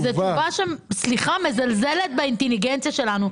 זו תשובה שמזלזלת באינטליגנציה שלנו.